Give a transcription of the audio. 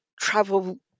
travel